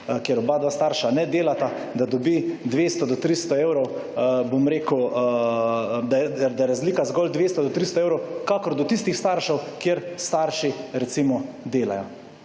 kjer oba starša ne delata, da dobi 200 do 300 evrov, bom rekel, da je razlika zgolj 200 do 300 evrov, kakor do tistih staršev kje starši, recimo, delajo.